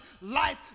life